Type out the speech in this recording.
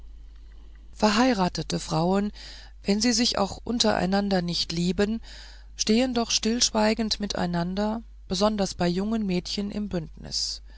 verheiratete frauen wenn sie sich auch untereinander nicht lieben stehen doch stillschweigend miteinander besonders gegen junge mädchen im bündnis